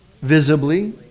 Visibly